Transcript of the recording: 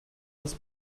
das